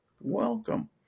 Welcome